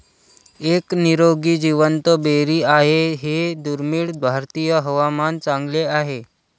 एक निरोगी जिवंत बेरी आहे हे दुर्मिळ भारतीय हवामान चांगले आहे